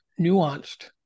nuanced